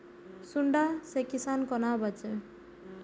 सुंडा से किसान कोना बचे?